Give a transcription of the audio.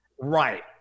right